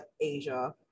Asia